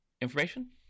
information